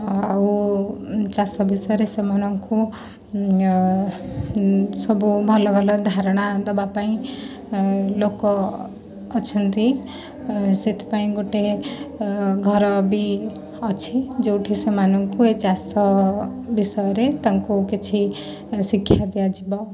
ଆଉ ଚାଷ ବିଷୟରେ ସେମାନଙ୍କୁ ସବୁ ଭଲ ଭଲ ଧାରଣା ଦେବା ପାଇଁ ଲୋକ ଅଛନ୍ତି ସେଥିପାଇଁ ଗୋଟିଏ ଘର ବି ଅଛି ଯେଉଁଠି ସେମାନଙ୍କୁ ଚାଷ ବିଷୟରେ ତାଙ୍କୁ କିଛି ଶିକ୍ଷା ଦିଆଯିବ